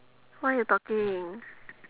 what you talking